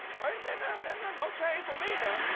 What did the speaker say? wait a minute um and no trains for me now.